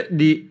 di